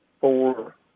four